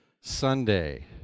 Sunday